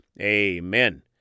Amen